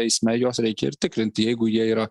eisme juos reikia ir tikrinti jeigu jie yra